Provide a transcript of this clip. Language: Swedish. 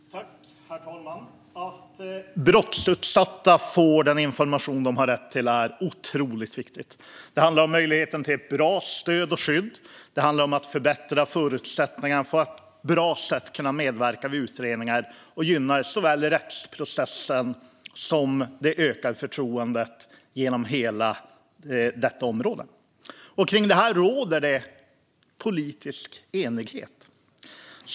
Herr talman! Att brottsutsatta får den information de har rätt till är otroligt viktigt. Det handlar om möjligheten till ett bra stöd och skydd. Det handlar om att förbättra förutsättningarna för att på ett bra sätt kunna medverka vid utredningar, och det gynnar såväl rättsprocessen som det ökar förtroendet inom hela området. Om detta råder politisk enighet.